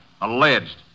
Alleged